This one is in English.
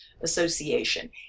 Association